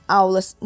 aulas